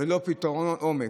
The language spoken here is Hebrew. ולא פתרונות עומק.